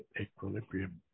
equilibrium